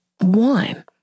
one